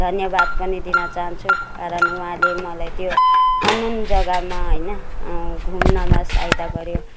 धन्यवाद पनि दिन चाहन्छु कारण उहाँले मलाई त्यो अन्नोन जग्गामा होइन घुम्नमा सहायता गऱ्यो